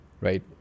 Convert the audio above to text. right